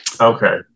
Okay